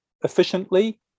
efficiently